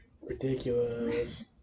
ridiculous